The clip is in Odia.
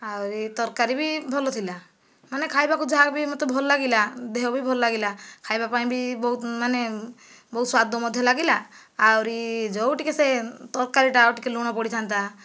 ଆହୁରି ତରକାରୀ ବି ଭଲ ଥିଲା ମାନେ ଖାଇବାକୁ ଯାହା ବି ମୋତେ ଭଲ ଲାଗିଲା ଦେହ ବି ଭଲ ଲାଗିଲା ଖାଇବା ପାଇଁ ବି ବହୁତ ମାନେ ବହୁତ ସ୍ୱାଦ ମଧ୍ୟ ଲାଗିଲା ଆହୁରି ଯେଉଁଟିକି ସେ ତରକାରୀଟା ଆଉ ଟିକେ ଲୁଣ ପଡ଼ିଥାନ୍ତା